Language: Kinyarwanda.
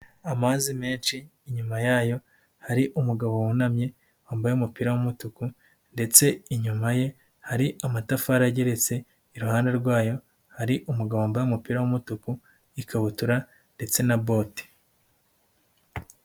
Amazi menshi inyuma yayo hari umugabo wunamye wambaye umupira w'umutuku ndetse inyuma ye hari amatafari ageretse, iruhande rwayo hari umugabo wambaye umupira w'umutuku n'ikabutura ndetse na bote.